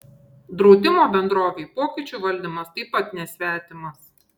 draudimo bendrovei pokyčių valdymas taip pat nesvetimas